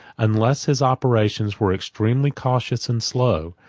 unless his operations were extremely cautious and slow,